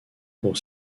pour